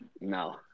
No